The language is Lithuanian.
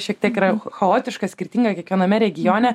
šiek tiek yra chaotiška skirtinga kiekviename regione